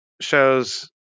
shows